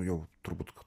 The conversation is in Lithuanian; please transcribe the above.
jau turbūt